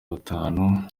batanu